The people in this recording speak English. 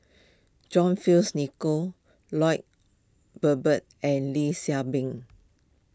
John Fearns Nicoll Lloyd Valberg and Lee Shao Meng